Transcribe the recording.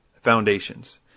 foundations